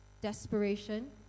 desperation